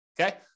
Okay